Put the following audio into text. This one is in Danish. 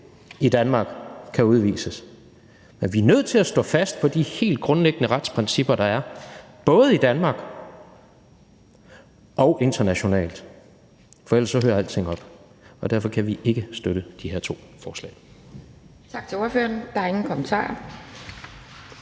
i Danmark, kan udvises. Men vi er nødt til at stå fast på de helt grundlæggende retsprincipper, der er både i Danmark og internationalt, for ellers hører alting op. Derfor kan vi ikke støtte de her to forslag.